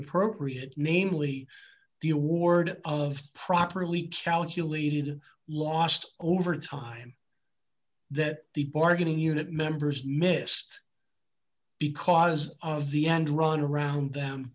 appropriate namely the award of properly calculated and lost over time that the bargaining unit members missed because of the end run around them